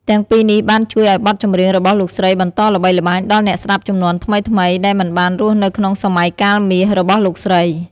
ទាំងពីរនេះបានជួយឲ្យបទចម្រៀងរបស់លោកស្រីបន្តល្បីល្បាញដល់អ្នកស្តាប់ជំនាន់ថ្មីៗដែលមិនបានរស់នៅក្នុងសម័យកាលមាសរបស់លោកស្រី។